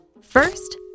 First